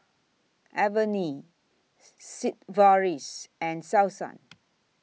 Avene Sigvaris and Selsun